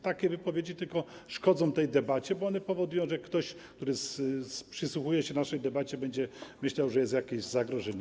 Takie wypowiedzi tylko szkodzą tej debacie, bo one powodują, że ktoś, kto przysłuchuje się naszej debacie, będzie myślał, że jest jakieś zagrożenie.